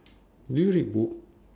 do you read book